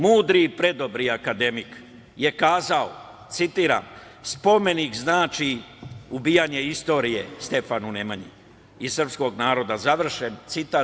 Mudri, predobri akademik je kazao, citiram – spomenik znači ubijanje istorije Stefanu Nemanji i srpskog naroda, završen citat.